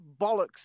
bollocks